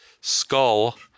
skull